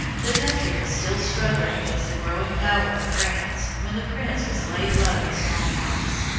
the country was still struggling against the growing power of france when the prince was laid low with smallpox.